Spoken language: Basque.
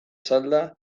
salda